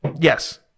Yes